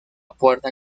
puerta